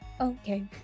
Okay